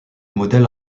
modèle